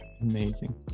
Amazing